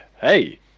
hey